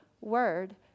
word